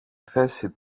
θέση